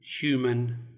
human